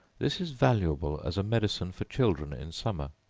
this is valuable as a medicine for children in summer.